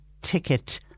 ticket